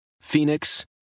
Phoenix